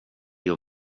från